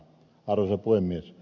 arvoisa puhemies